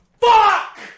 Fuck